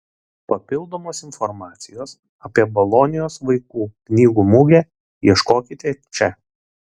papildomos informacijos apie bolonijos vaikų knygų mugę ieškokite čia